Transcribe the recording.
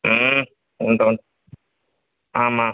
ம் உண்டு உண்டு